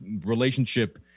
relationship